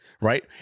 Right